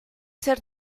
ser